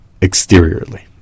exteriorly